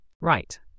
Right